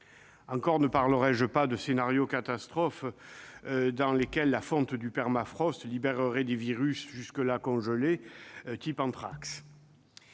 Encore ne parlerai-je pas des scénarios catastrophes selon lesquels la fonte du permafrost libérerait des virus jusqu'alors congelés, tels que l'anthrax